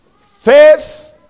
Faith